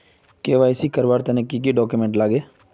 KYC करवार तने की की डॉक्यूमेंट लागे?